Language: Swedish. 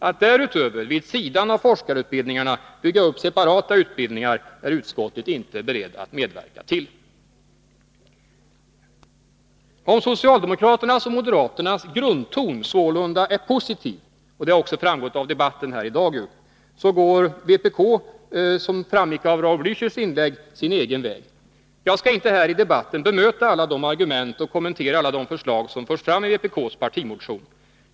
Att därutöver vid sidan av forskarutbildningarna bygga upp separata utbildningar är utskottet inte berett att medverka till. Om socialdemokraternas och moderaternas grundton sålunda är positiv, vilket framgått av debatten här i dag — så går vpk sin egen väg, vilket framgick av Raul Blächers inlägg. Jag skall inte här i debatten bemöta alla de argument och kommentera alla de förslag som förs fram i vpk:s partimotion.